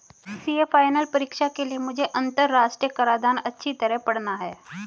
CA final परीक्षा के लिए मुझे अंतरराष्ट्रीय कराधान अच्छी तरह पड़ना है